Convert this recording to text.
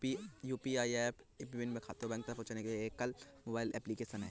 UPI app विभिन्न bank खातों तक पहुँचने के लिए एकल मोबाइल एप्लिकेशन है